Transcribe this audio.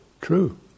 true